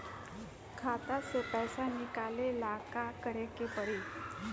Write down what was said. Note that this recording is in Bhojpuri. खाता से पैसा निकाले ला का करे के पड़ी?